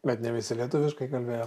bet ne visi lietuviškai kalbėjo